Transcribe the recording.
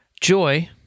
Joy